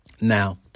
Now